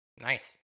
nice